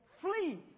flee